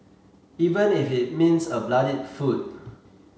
even if it means a bloodied foot